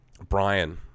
Brian